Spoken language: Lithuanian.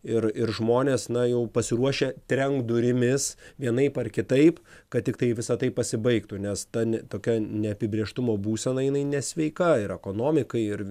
ir ir žmonės na jau pasiruošę trenkt durimis vienaip ar kitaip kad tiktai visa tai pasibaigtų nes ta tokia neapibrėžtumo būsenai jinai nesveika ir ekonomikai ir